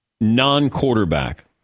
non-quarterback